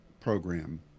program